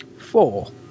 Four